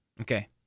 Okay